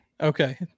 Okay